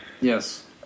Yes